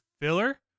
filler